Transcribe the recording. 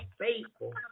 faithful